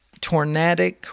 tornadic